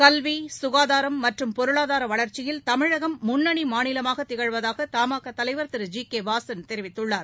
கல்வி சுகாதாரம் மற்றும் பொருளாதார வளர்ச்சியில் தமிழகம் முன்னணி மாநிலமாக திகழ்வதாக த மா கா தலைவர் திரு ஜி கே வாசன் தெரிவித்துள்ளார்